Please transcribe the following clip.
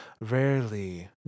Rarely